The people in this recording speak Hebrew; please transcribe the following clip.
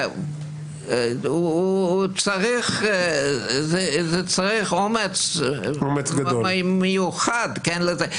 צריך אומץ מיוחד לזה.